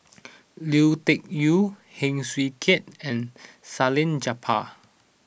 Lui Tuck Yew Heng Swee Keat and Salleh Japar